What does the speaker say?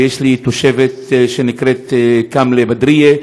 ויש לי תושבת שנקראת כאמלה בדריה,